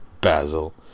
basil